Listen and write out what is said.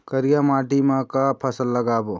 करिया माटी म का फसल लगाबो?